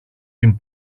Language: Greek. την